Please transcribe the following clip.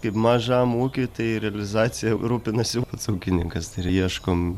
kaip mažam ūkiui tai realizacija rūpinasi pats ūkininkas ir ieškom